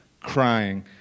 crying